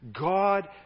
God